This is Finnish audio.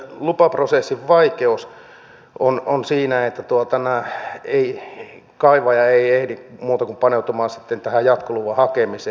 tämä lupaprosessin vaikeus on siinä että kaivaja ei ehdi muuta kuin paneutumaan sitten tähän jatkoluvan hakemiseen